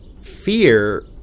fear